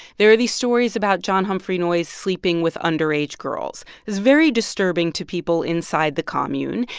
there are these stories about john humphrey noyes sleeping with underage girls. it's very disturbing to people inside the commune,